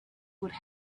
would